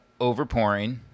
overpouring